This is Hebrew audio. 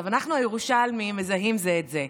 אנחנו, הירושלמים, מזהים זה את זה.